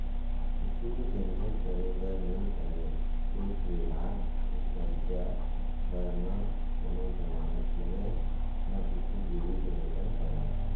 कुछु झंझट करे बर नइ परय, एक लाख के करजा बर न कोनों जमानत लागय न कुछु गिरवी धरे बर परय